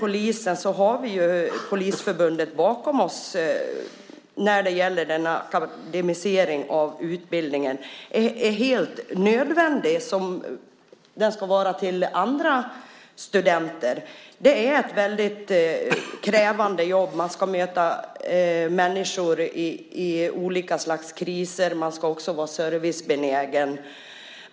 Vi har Polisförbundet bakom oss när det gäller akademiseringen av utbildningen. Den är helt nödvändig, precis som den är för andra studenter. Polisarbetet är ett krävande jobb; man ska möta människor i olika slags kriser och även vara servicebenägen.